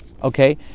okay